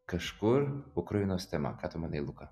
kažkur ukrainos tema ką tu manai luka